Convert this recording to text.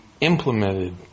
implemented